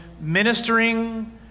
ministering